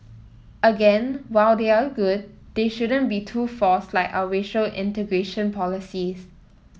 again while they are good it shouldn't be too forced like our racial integration policies